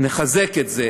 את זה.